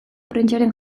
prentsaren